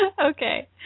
Okay